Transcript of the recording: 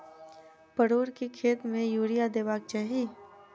परोर केँ खेत मे यूरिया देबाक चही?